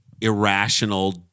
irrational